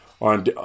on